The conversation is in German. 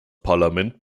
parlament